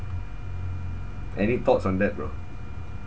any thoughts on that bro